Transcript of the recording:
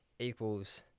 equals